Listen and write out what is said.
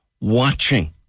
watching